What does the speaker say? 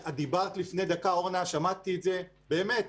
את דיברת לפני דקה, אורנה, שמעתי את זה, באמת,